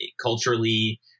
culturally